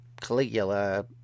Caligula